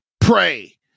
pray